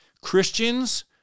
Christians